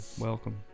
Welcome